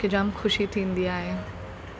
मूंखे जामु ख़ुशी थींदी आहे